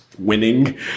winning